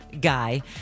guy